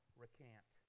recant